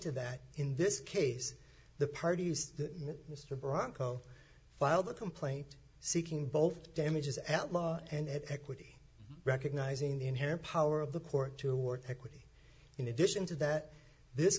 to that in this case the parties mr bronco filed a complaint seeking both damages at law and equity recognizing the inherent power of the court to award equity in addition to that this